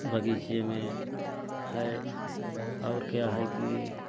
बगीचे में है और क्या है कि लोग